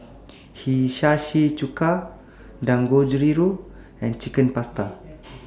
Hiyashi Chuka Dangojiru and Chicken Pasta